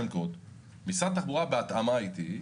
משרד התחבורה בהתאמה אתי,